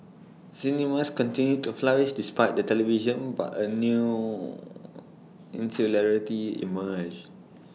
cinemas continued to flourish despite the television but A new insularity emerged